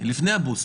לפני הבוסטר,